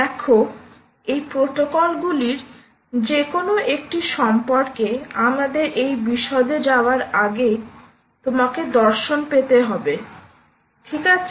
দেখো এই প্রোটোকলগুলির যে কোনও একটি সম্পর্কে আমাদের এই বিশদে যাওয়ার আগে তোমাকে দেখতে হবে ঠিক আছে